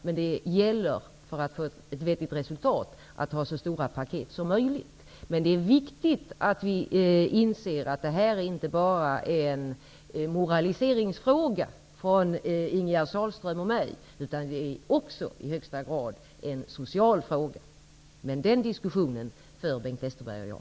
Men för att få ett vettigt resultat gäller det att göra så stora paket som möjligt. Men det är viktigt att vi inser att detta inte bara är en moraliseringsfråga från Ingegerd Sahlström och mig, utan det är också i högsta grad en social fråga. Den diskussionen för Bengt Westerberg och jag.